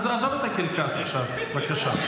עזוב את הקרקס עכשיו, בבקשה.